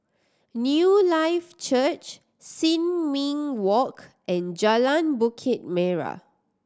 Newlife Church Sin Ming Walk and Jalan Bukit Merah